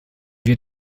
wird